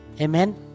Amen